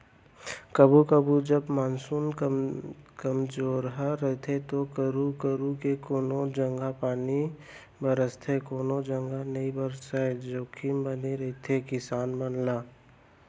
कभू कभू जब मानसून कमजोरहा रथे तो करू करू के कोनों जघा पानी बरसथे कोनो जघा नइ बरसय जोखिम बने रहिथे किसान मन ला